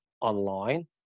online